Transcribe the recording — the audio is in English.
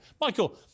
Michael